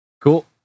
Cool